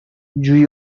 جویی